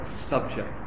subject